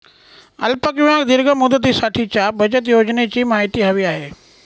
अल्प किंवा दीर्घ मुदतीसाठीच्या बचत योजनेची माहिती हवी आहे